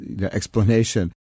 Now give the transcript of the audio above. explanation